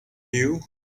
you